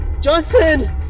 Johnson